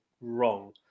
wrong